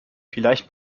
vielleicht